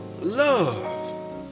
love